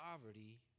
poverty